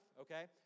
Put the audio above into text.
Okay